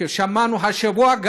ששמענו השבוע: